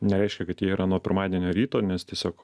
nereiškia kad jie yra nuo pirmadienio ryto nes tiesiog